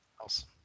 else